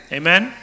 amen